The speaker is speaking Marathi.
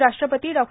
माजी राष्ट्रपती डॉ